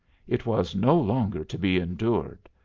it was no longer to be endured.